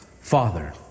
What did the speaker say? Father